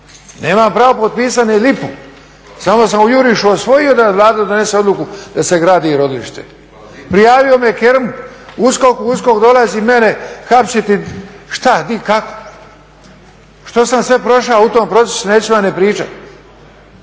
nemam pravo potpisat ni lipu, samo sam u jurišu osvojio da Vlada donese odluku da se gradi rodilište. Prijavio me Kerum USKOK-u, USKOK dolazi mene hapsiti, šta, di, kako. Što sam sve prošao u tom procesu neću vam ni pričat.